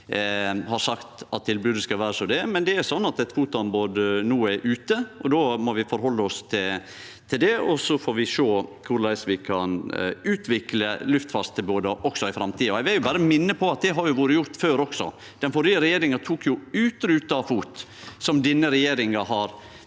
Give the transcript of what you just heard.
har sagt at tilbodet skal vere som det er, men det er sånn at eit FOT-anbod no er ute, og då må vi forhalde oss til det, og så får vi sjå korleis vi kan utvikle luftfartstilboda også i framtida. Eg vil berre minne om at det har vore gjort før også. Den førre regjeringa tok jo ut ruter av FOT, som denne regjeringa har